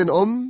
om